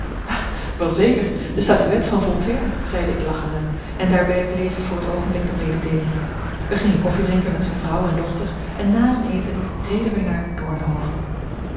zeker de statuette van voltaire zeide ik lachende en daarbij bleven voor t oogenblik de mededeelingen wij gingen koffiedrinken met zijne vrouw en dochter en na den eten reden wij naar